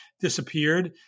disappeared